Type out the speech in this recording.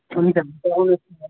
हुन्छ